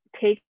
take